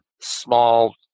small